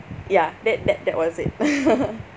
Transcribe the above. ya that that that was it